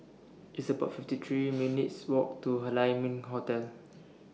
It's about fifty three minutes' Walk to Lai Ming Hotel